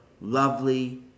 lovely